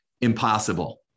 impossible